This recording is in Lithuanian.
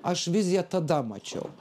aš viziją tada mačiau